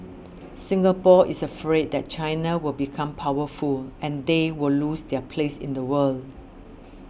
Singapore is afraid that China will become powerful and they will lose their place in the world